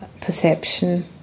perception